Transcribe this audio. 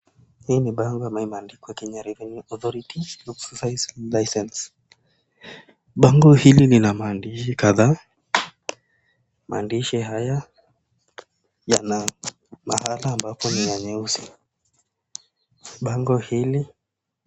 Hii ni bango imeandikwa Kenya Revenue Authority Authorized License .Bango hili Lina maandishi kadhaa. Maandishi haya yana mahali ambapo ni nyeusi . Bango hili